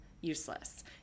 useless